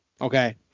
Okay